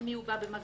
עם מי הוא בא במגע.